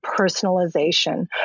personalization